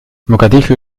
mogadischu